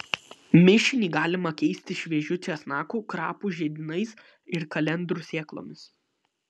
mišinį galima keisti šviežiu česnaku krapų žiedynais ir kalendrų sėklomis